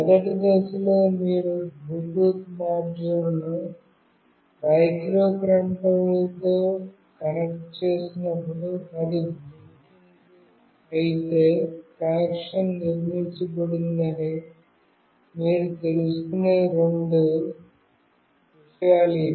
మొదటి దశలో మీరు బ్లూటూత్ మాడ్యూల్ను మైక్రోకంట్రోలర్తో కనెక్ట్ చేసినప్పుడు అది బ్లింకింగ్ అయితే కనెక్షన్ నిర్మించబడిందని మీరు తెలుసుకునే రెండు విషయాలు ఇవి